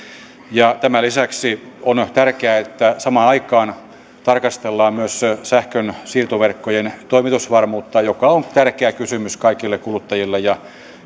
tämän lisäksi on tärkeää että samaan aikaan tarkastellaan myös sähkön siirtoverkkojen toimitusvarmuutta joka on tärkeä kysymys kaikille kuluttajille ja